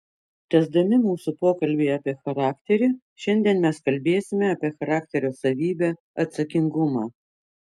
tęsdami mūsų pokalbį apie charakterį šiandien mes kalbėsime apie charakterio savybę atsakingumą